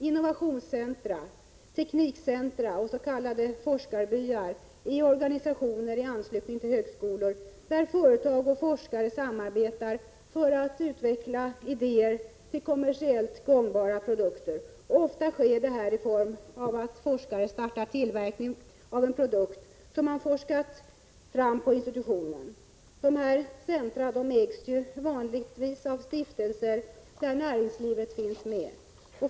Innovationscentra, teknikcentra och s.k. forskarbyar är organisationer i anslutning till högskolor där företag och forskare samarbetar för att utveckla idéer till kommersiellt gångbara produkter. Ofta sker detta i form av att forskare startar tillverkning av en produkt som man forskat fram på institutionen. Dessa centra ägs vanligtvis av stiftelser där näringslivet finns med.